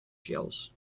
shelves